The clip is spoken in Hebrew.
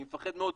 אני מפחד מאוד,